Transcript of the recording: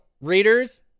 readers